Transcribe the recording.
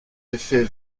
effet